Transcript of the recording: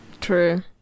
True